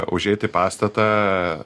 užeiti į pastatą